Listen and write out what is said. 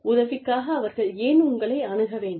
உதவிக்காக அவர்கள் ஏன் உங்களை அணுக வேண்டும்